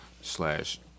Slash